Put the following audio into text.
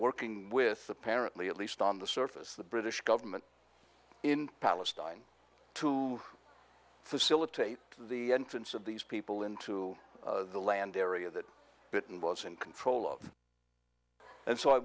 working with the parent least on the surface the british government in palestine to facilitate the entrance of these people into the land area that britain was in control of and so i